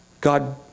God